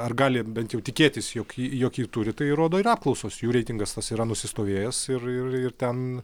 ar gali bent jau tikėtis jog jog jį turi tai rodo ir apklausos jų reitingas tas yra nusistovėjęs ir ir ten